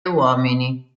uomini